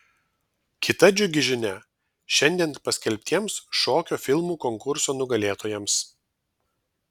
kita džiugi žinia šiandien paskelbtiems šokio filmų konkurso nugalėtojams